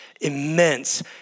immense